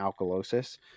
alkalosis